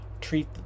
treat